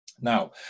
Now